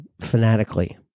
fanatically